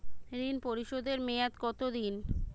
ঋণ পরিশোধের মেয়াদ কত দিন?